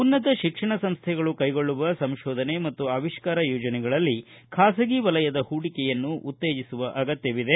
ಉನ್ನತ ಶಿಕ್ಷಣ ಸಂಸ್ಥೆಗಳು ಕೈಗೊಳ್ಳುವ ಸಂಶೋಧನೆ ಮತ್ತು ಆವಿಷ್ಕಾರ ಯೋಜನೆಗಳಲ್ಲಿ ಬಾಸಗಿ ವಲಯದ ಹೂಡಿಕೆಯನ್ನು ಉತ್ತೇಜಿಸುವ ಅಗತ್ಯವಿದೆ